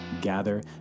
gather